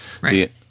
Right